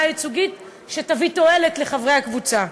ייצוגית שתביא תועלת לחברי הקבוצה.